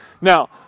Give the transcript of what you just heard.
now